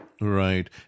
right